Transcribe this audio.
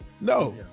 No